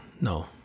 no